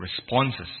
responses